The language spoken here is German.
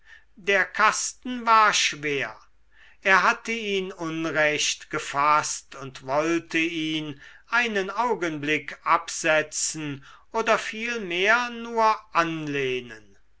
der kasten war schwer er hatte ihn unrecht gefaßt und wollte ihn einen augenblick absetzen oder vielmehr nur anlehnen